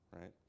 right